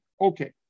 Okay